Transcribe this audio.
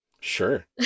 Sure